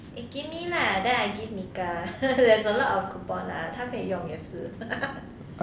eh give me lah then I give mika there's a lot of coupon ah 他可以用也是